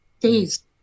days